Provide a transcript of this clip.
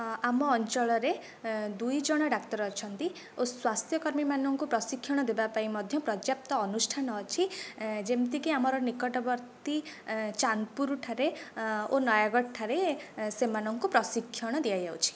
ଆମ ଅଞ୍ଚଳରେ ଦୁଇଜଣ ଡାକ୍ତର ଅଛନ୍ତି ଓ ସ୍ୱାସ୍ଥ୍ୟ କର୍ମୀ ମାନଙ୍କୁ ପ୍ରଶିକ୍ଷଣ ଦେବା ପାଇଁ ମଧ୍ୟ ପର୍ଯ୍ୟାପ୍ତ ଅନୁଷ୍ଠାନ ଅଛି ଯେମିତିକି ଆମର ନିକଟବର୍ତ୍ତୀ ଚାନ୍ଦପୁର ଠାରେ ଓ ନୟାଗଡ଼ ଠାରେ ସେମାନଙ୍କୁ ପ୍ରଶିକ୍ଷଣ ଦିଆଯାଉଛି